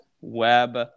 Web